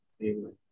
Amen